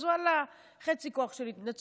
אז הוא על חצי כוח של התנצלות.